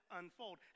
unfold